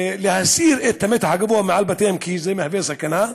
להסרת המתח הגבוה מעל בתיהם, כי זה מהווה סכנה.